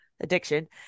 addiction